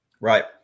Right